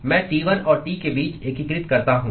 मैं T1 और T के बीच एकीकृत करता हूं